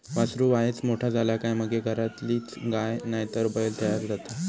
वासरू वायच मोठा झाला काय मगे घरातलीच गाय नायतर बैल तयार जाता